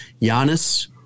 Giannis